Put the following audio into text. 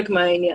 מהעניין.